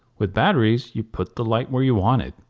with batteries you put the light where you want it.